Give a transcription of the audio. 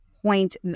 point